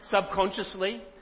Subconsciously